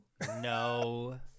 no